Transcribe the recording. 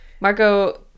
Marco